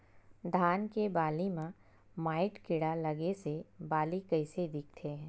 धान के बालि म माईट कीड़ा लगे से बालि कइसे दिखथे?